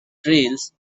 trails